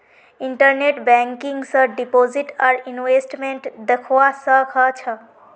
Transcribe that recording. internet banking स deposit आर investment दख्वा स ख छ